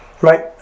right